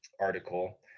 article